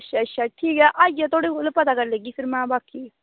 अच्छा अच्छा भी आइयै पता करी लैगी में थुआढ़े कोल